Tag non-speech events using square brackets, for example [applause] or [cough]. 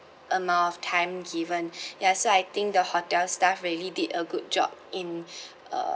amount of time given yes so I think the hotel staff really did a good job in [breath] uh